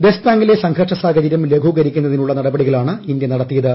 ദെസ്പാങ്ങിലെ സംഘർഷ സാഹചര്യം ലഘൂകരിക്കുന്നതിനുള്ള നടപടികളാണ് ഇന്ത്യ നടത്തിയത്